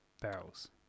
barrels